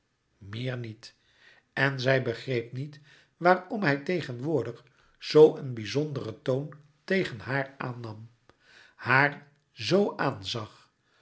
meer niet en zij begreep niet waarom hij tegenwoordig zoo een bizonderen toon tegen haar aannam haar zoo aanzag